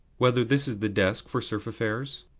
whether this is the desk for serf affairs?